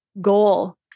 goal